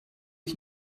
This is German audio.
ich